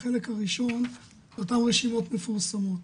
החלק הראשון, אותן רשימות מפורסמות.